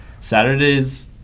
Saturdays